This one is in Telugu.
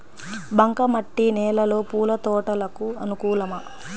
బంక మట్టి నేలలో పూల తోటలకు అనుకూలమా?